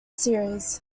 series